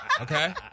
okay